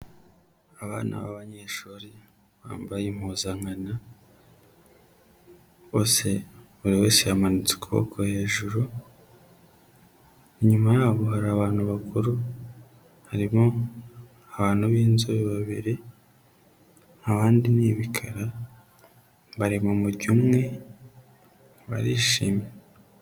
Abana b'abanyeshuri bambaye impuzankano bose, buri wese yamanitse ukuboko hejuru, inyuma yabo hari abantu bakuru, harimo abantu b'inzobe babiri, abandi ni ibikara, bari mu mujyo umwe, barishimye.